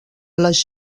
les